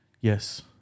Yes